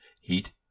heat